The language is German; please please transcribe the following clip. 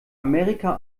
amerika